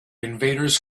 invaders